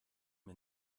mir